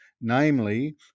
namely